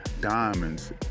diamonds